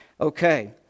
Okay